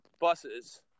buses